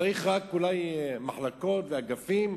צריך אולי רק מחלקות ואגפים,